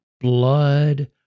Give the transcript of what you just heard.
blood